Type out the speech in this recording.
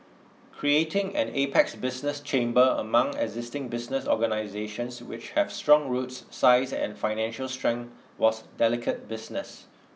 creating an apex business chamber among existing business organisations which have strong roots size and financial strength was delicate business